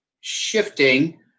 shifting